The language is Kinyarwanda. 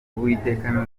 uwiteka